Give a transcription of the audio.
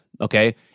Okay